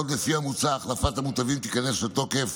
עוד לפי המוצע, החלפת המוטבים תיכנס לתוקף